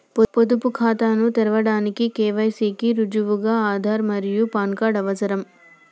పొదుపు ఖాతాను తెరవడానికి కే.వై.సి కి రుజువుగా ఆధార్ మరియు పాన్ కార్డ్ అవసరం